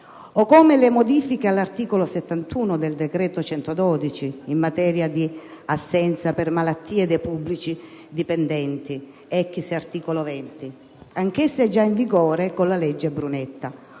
o come le modifiche all'articolo 71 del decreto n. 112 del 2008, in materia di assenze per malattia dei pubblici dipendenti (exarticolo 20), anch'esse già in vigore con la legge Brunetta,